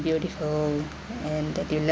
beautiful and that you love